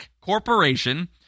corporation